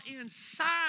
inside